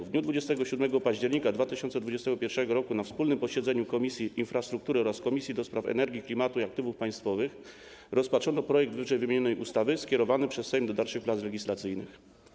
W dniu 27 października 2021 r. na wspólnym posiedzeniu Komisji Infrastruktury oraz Komisji do Spraw Energii, Klimatu i Aktywów Państwowych rozpatrzono projekt ww. ustawy skierowany przez Sejm do dalszych prac legislacyjnych.